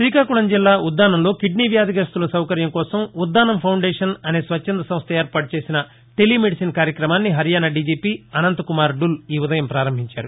శ్రీకాకుళం జిల్లా ఉద్దానంలో కిడ్నీ వ్యాధిగస్తుల సౌకర్యం కోసం ఉద్దానం ఖౌండేషన్ అనే స్వచ్చంధ సంస్ట ఏర్పాటు చేసిన టెలీ మెడిసన్ కార్యకమాన్ని హర్యానా డిజిపి అనంతకుమార్డుల్ ఈ ఉదయం ప్రారంభించారు